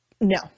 No